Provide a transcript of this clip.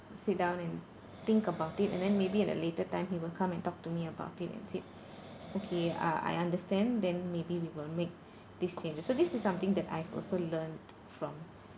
sit down and think about it and then maybe at a later time he will come and talk to me about it and said okay uh I understand then maybe we will make this thing so this is something that I also learnt from